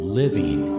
living